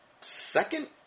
second